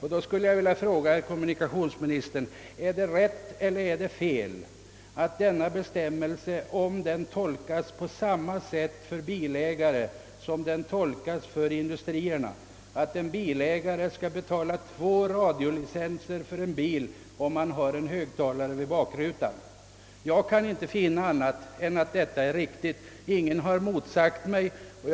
Jag skulle vilja fråga kommunikationsministern om det är rätt eller fel om denna bestämmelse tolkas på samma sätt för bilägare som den i verkligheten tillämpas beträffande industrierna, nämligen så att bilägare skall betala två radiolicenser för en bil om han har en högtalare i bakrutan. Jag kan inte finna annat än att en sådan tolkning är logisk. Ingen har motsagt mig på denna punkt.